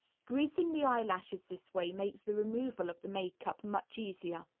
greasing the eyelashes this way makes the removal of the makeup much easier.